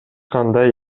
кандай